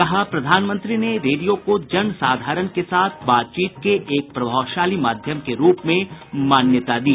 कहा प्रधानमंत्री ने रेडियो को जन साधारण के साथ बातचीत के एक प्रभावशाली माध्यम के रूप में मान्यता दी